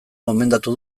gomendatu